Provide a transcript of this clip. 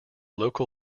local